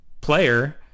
player